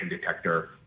detector